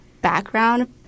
background